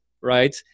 right